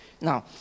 Now